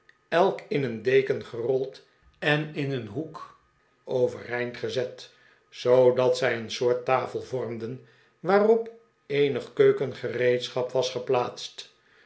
elk in een deken gerold en in een hoek overeind gezet zoodat zij een soort tafel vormden waarop eenig keukengereedschap was geplaatst